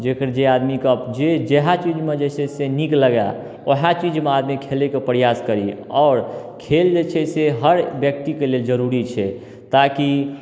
जे फेर जे आदमीके जे जहए चीजमे जे से नीक लागै ओएह चीजमे आदमी खेलेके प्रआस करैए आओर खेल जे छै से हर व्यक्तिक लेल जरूरी छै ताकि